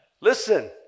Listen